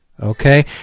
Okay